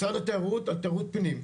משרד התיירות על תיירות פנים,